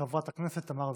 חברת הכנסת תמר זנדברג.